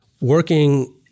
working